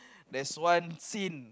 there's one scene